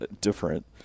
different